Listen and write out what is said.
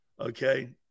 Okay